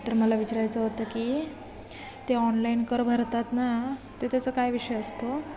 तर मला विचारायचं होतं की ते ऑनलाईन कर भरतात ना ते त्याचा काय विषय असतो